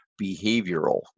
behavioral